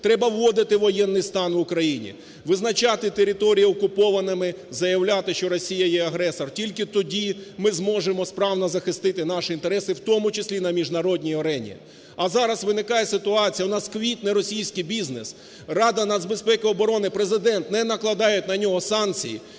Треба вводити воєнний стан в Україні, визначати території окупованими, заявляти, що Росія є агресор. Тільки тоді ми зможемо справно захистити наші інтереси, в тому числі на міжнародній арені. А зараз виникає ситуація, у нас квітне російській бізнес, Рада Нацбезпеки і оборони, Президент, не накладають на нього санкції.